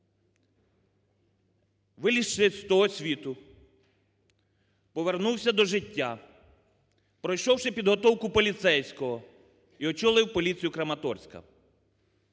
вилізши з того світу, повернувся до життя, пройшовши підготовку поліцейського, і очолив поліцію Краматорська